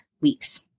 weeks